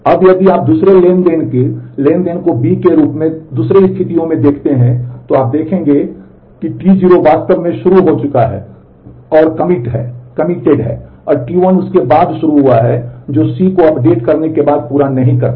अब यदि आप दूसरे ट्रांज़ैक्शन के ट्रांज़ैक्शन को b के रूप में दूसरे राज्यों में देखते हैं तो आप देखेंगे कि T0 वास्तव में शुरू हो चुका है और कमिट है और T1 उसके बाद शुरू हुआ है जो C को अपडेट करने के बाद पूरा नहीं कर सका